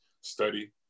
Study